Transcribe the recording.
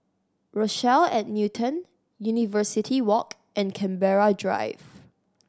Rochelle at Newton University Walk and Canberra Drive